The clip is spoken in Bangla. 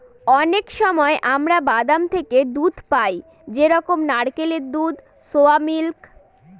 অনেক সময় আমরা বাদাম থেকে দুধ পাই যেমন নারকেলের দুধ, সোয়া মিল্ক